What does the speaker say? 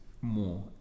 more